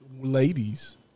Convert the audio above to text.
ladies